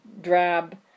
drab